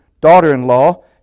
daughter-in-law